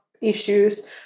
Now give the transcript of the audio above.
Issues